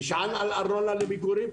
אני נשען על הארנונה למגורים,